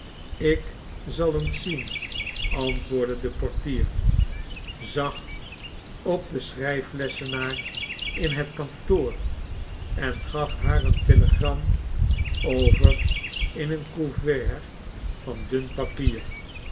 ik zal eens zien antwoordde de portier zag op den schrijflessenaar in het kantoor en gaf haar een telegram over in een couvert van dun papier